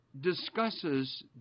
discusses